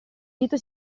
dito